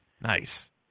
Nice